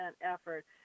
effort